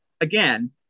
again